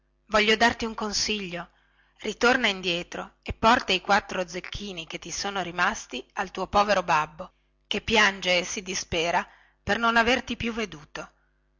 voglio darti un consiglio ritorna indietro e porta i quattro zecchini che ti sono rimasti al tuo povero babbo che piange e si dispera per non averti più veduto